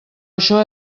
això